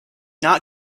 not